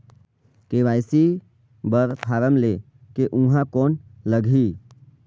KYC बर form ले के ऊहां कौन लगही?